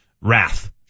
wrath